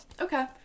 Okay